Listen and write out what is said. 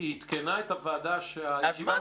היא עדכנה את הוועדה שהישיבה מתחילה ב-14:00,